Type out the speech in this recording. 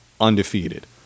undefeated